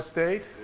State